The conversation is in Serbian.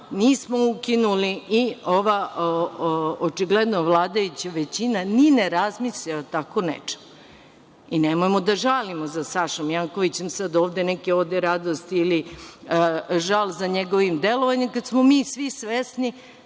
nismo ukinuli i očigledno ova vladajuća većina ni ne razmišlja o tako nečemu. I nemojmo da žalimo za Sašom Jankovićem, sad ovde neke ode radosti ili žal za njegovim delovanjem, kad smo mi svi svesni